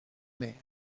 mer